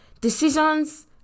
Decisions